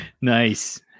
Nice